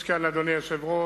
יש כאן, אדוני היושב-ראש,